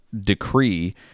decree